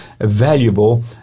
valuable